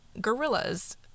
gorillas